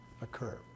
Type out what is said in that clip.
occur